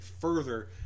further